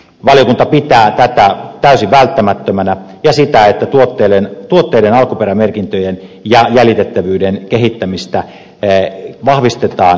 valiokunta pitää tätä täysin välttämättömänä ja sitä että tuotteiden alkuperämerkintöjen ja jäljitettävyyden kehittämistä vahvistetaan entisestään